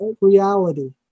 reality